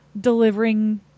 Delivering